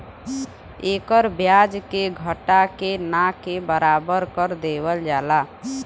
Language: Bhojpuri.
एकर ब्याज के घटा के ना के बराबर कर देवल जाला